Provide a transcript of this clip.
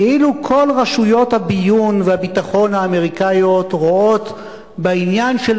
כאילו כל רשויות הביון והביטחון האמריקניות רואות בעניין של